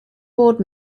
board